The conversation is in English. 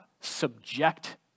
subject